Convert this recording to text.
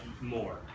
more